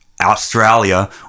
Australia